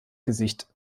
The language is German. gesicht